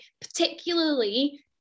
particularly